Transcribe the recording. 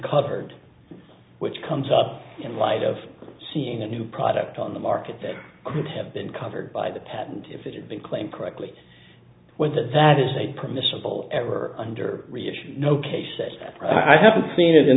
covered which comes up in light of seeing a new product on the market that could have been covered by the patent if it had been claimed correctly with that that is a permissible ever under no case that i haven't seen it in